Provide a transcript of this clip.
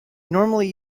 normally